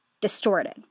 distorted